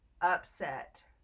upset